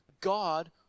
God